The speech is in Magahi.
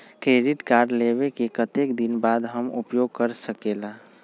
क्रेडिट कार्ड लेबे के कतेक दिन बाद हम उपयोग कर सकेला?